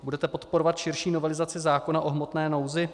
Budete podporovat širší novelizaci zákona o hmotné nouzi?